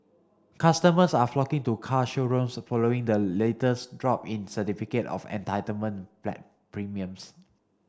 customers are flocking to car showrooms following the latest drop in certificate of entitlement premiums